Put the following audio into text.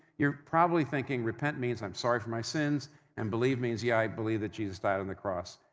you're probably thinking, repent means, i'm sorry for my sins and believe means, yeah, i believe that jesus died on the cross